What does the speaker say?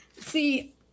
see